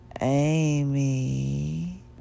Amy